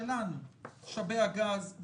משאבי הגז,